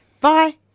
Bye